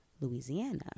Louisiana